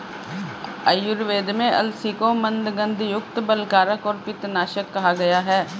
आयुर्वेद में अलसी को मन्दगंधयुक्त, बलकारक और पित्तनाशक कहा गया है